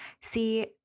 See